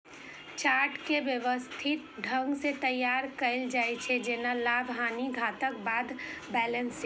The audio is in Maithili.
चार्ट कें व्यवस्थित ढंग सं तैयार कैल जाइ छै, जेना लाभ, हानिक खाताक बाद बैलेंस शीट